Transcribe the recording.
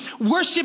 worship